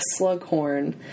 Slughorn